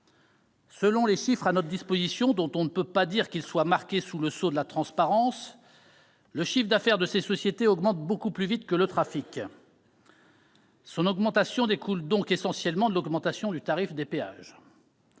Selon les chiffres à notre disposition, dont on ne peut pas dire qu'ils soient marqués du sceau de la transparence, le chiffre d'affaires de ces sociétés augmente beaucoup plus vite que le trafic. Son augmentation découle donc essentiellement de l'augmentation du tarif des péages.